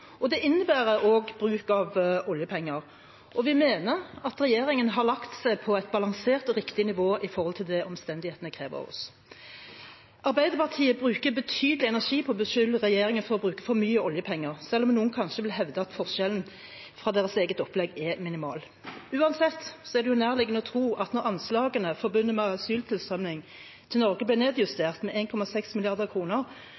mye. Det innebærer også bruk av oljepenger, og vi mener at regjeringen har lagt seg på et balansert og riktig nivå i forhold til det omstendighetene krever av oss. Arbeiderpartiet bruker betydelig energi på å beskylde regjeringen for å bruke for mye oljepenger, selv om noen kanskje vil hevde at forskjellen fra deres eget opplegg er minimal. Uansett er det nærliggende å tro at når anslagene forbundet med asyltilstrømning til Norge